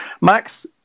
Max